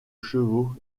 chevaux